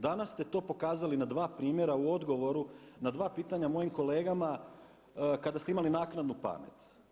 Danas ste to pokazali na dva primjera u odgovoru na dva pitanja mojim kolegama kada ste imali naknadnu pamet.